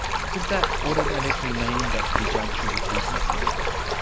ah does that automatically mean that the judge should recuse themselves?